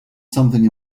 something